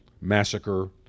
massacre